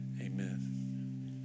Amen